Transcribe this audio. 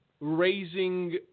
raising